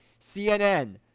CNN